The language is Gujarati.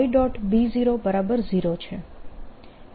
એ જ રીતે k